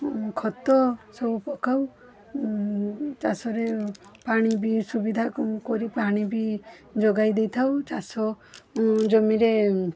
ଖତ ସବୁ ପକାଉ ଚାଷରେ ପାଣି ବି ସୁବିଧା କରି ପାଣି ବି ଯୋଗାଇ ଦେଇଥାଉ ଚାଷ ଜମିରେ